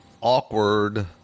Awkward